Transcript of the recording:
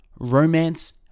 romance